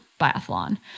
biathlon